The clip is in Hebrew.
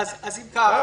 זה 45 ימים.